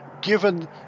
given